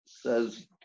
Says